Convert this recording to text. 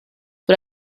but